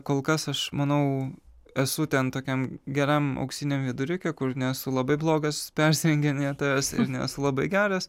kol kas aš manau esu ten tokiam geram auksiniam viduriuke kur nesu labai blogas persirenginėtojas ir nesu labai geras